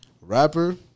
rapper